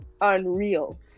unreal